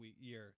year